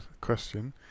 question